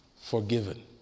Forgiven